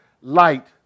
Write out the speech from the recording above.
light